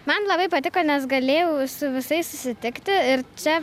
man labai patiko nes galėjau su visais susitikti ir čia